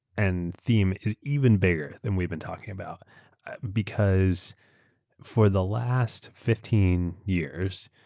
and theme is even bigger than we've been talking about because for the last fifteen years,